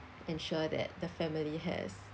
ensure that the family has